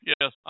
Yes